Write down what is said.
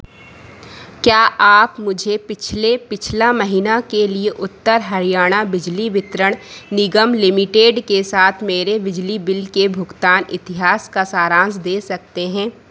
क्या आप मुझे पिछले पिछला महीना के लिए उत्तर हरियाणा बिजली वितरण निगम लिमिटेड के साथ मेरे बिजली बिल के भुगतान इतिहास का सारांश दे सकते हैं